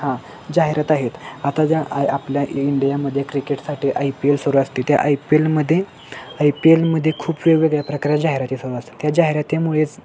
हां जाहिरात आहेत आता ज्या आपल्या इंडियामध्ये क्रिकेटसाठी आय पी एल सुरू असते त्या आय पी एलमध्ये आय पी एलमध्ये खूप वेगवेगळ्या प्रकारच्या जाहिराती सुरू असते त्या जाहिरातेमुळेच